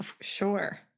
Sure